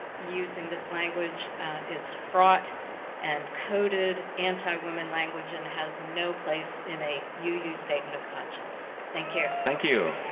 using this language is fraught and coded anti-woman language and has no place in a u u statement of conscience. thank you. thank you.